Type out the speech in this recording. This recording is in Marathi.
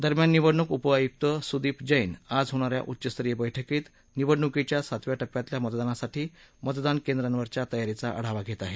दरम्यान निवडणूक उपआयुक्त सुदीप जैन आज होणा या उच्चस्तरीय बैठकीत निवडणुकीच्या सातव्या टप्प्यातल्या मतदानासाठी मतदान केंद्रावरच्या तयारीचा आढावा घेत आहेत